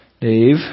Dave